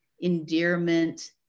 endearment